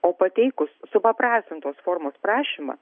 o pateikus supaprastintos formos prašymą